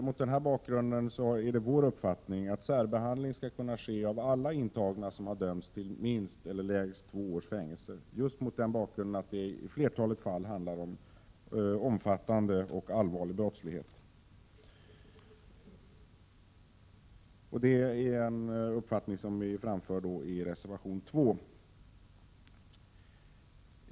Mot denna bakgrund är det vår uppfattning att särbehandling skall kunna ske av alla intagna som har dömts till lägst två års fängelse, just därför att det i flertalet fall handlar om omfattande och allvarlig brottslighet. Detta är en uppfattning som vi framför i reservation 2.